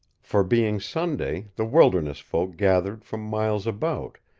for, being sunday, the wilderness folk gathered from miles about,